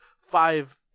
five